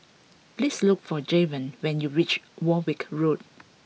please look for Jevon when you reach Warwick Road